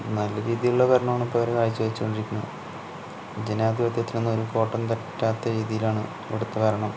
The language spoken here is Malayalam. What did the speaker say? നല്ല രീതിയിലുള്ള ഭരണമാണിപ്പോൾ അവര് കാഴ്ച്ച വച്ചുകൊണ്ടിരിക്കുന്നത് ജനാധിപത്യത്തിനൊന്നും ഒരു കോട്ടം തട്ടാത്ത രീതിലാണ് ഇവിടുത്തെ ഭരണം